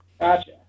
gotcha